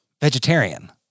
vegetarian